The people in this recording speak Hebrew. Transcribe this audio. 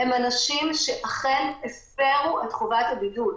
הם אנשים שאכן הפרו את חובת הבידוד.